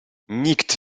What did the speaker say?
nikt